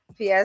PS